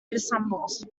ensembles